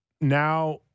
now